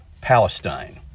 Palestine